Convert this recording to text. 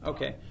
Okay